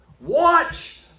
Watch